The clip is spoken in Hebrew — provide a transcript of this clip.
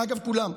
אגב, כולם,